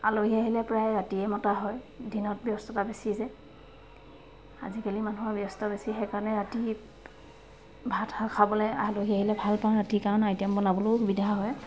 আলহী আহিলে প্ৰায়ে ৰাতিয়ে মতা হয় দিনত ব্যস্ততা বেছি যে আজিকালি মানুহৰ ব্যস্ততা বেছি সেইকাৰণে ৰাতি ভাতসাজ খাবলৈ ৰাতি আলহী আহিলে ভালপাওঁ ৰাতি কাৰণ আইটেম বনাবলৈও সুবিধা হয়